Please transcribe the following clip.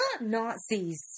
Nazis